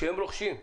כשהם רוכשים מוצרים,